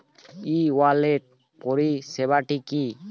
ই wallet পরিষেবাটি কি?